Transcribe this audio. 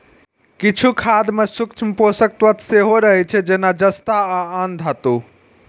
किछु खाद मे सूक्ष्म पोषक तत्व सेहो रहै छै, जेना जस्ता आ आन धातु